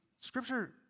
scripture